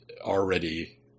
already